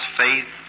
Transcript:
faith